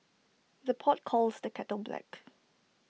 the pot calls the kettle black